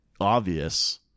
obvious